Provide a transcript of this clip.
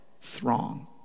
throng